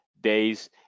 days